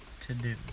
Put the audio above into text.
To-do